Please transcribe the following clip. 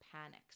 panics